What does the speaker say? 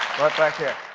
right back there.